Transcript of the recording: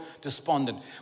despondent